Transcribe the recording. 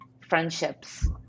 friendships